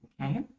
okay